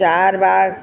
Charbagh